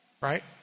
right